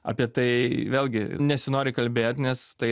apie tai vėlgi nesinori kalbėt nes tai